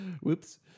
Whoops